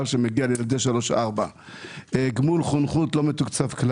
שמגיע לילדי 4-3. גמול חונכות כלל לא מתוקצב.